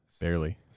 barely